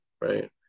Right